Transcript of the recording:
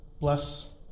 Bless